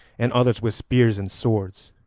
and others with spears and swords,